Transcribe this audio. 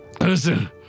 Listen